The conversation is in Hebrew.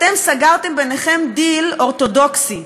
אתם סגרתם ביניכם דיל אורתודוקסי.